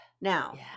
Now